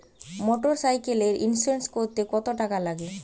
মোটরসাইকেলের ইন্সুরেন্স করতে কত টাকা লাগে?